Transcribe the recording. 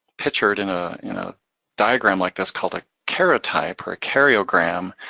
pictured in a you know diagram like this called a karyotype, or karyogram,